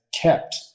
kept